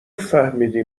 فهمیدی